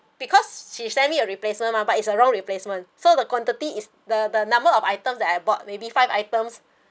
because she sent me a replacement mah but it's a wrong replacements for the quantity is the the number of items that I bought maybe five items